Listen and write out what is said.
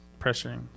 pressuring